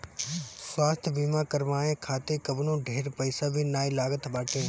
स्वास्थ्य बीमा करवाए खातिर कवनो ढेर पईसा भी नाइ लागत बाटे